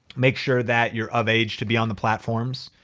make sure that you're of age to be on the platforms.